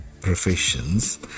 professions